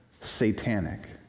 satanic